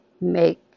make